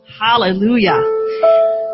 Hallelujah